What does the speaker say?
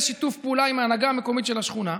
בשיתוף פעולה עם ההנהגה המקומית של השכונה,